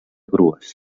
grues